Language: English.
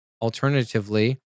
alternatively